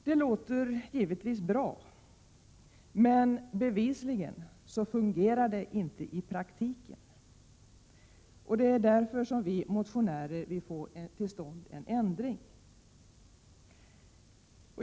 Det låter givetvis bra, men bevisligen fungerar det inte i praktiken. Det är därför vi motionärer vill få till stånd en ändring.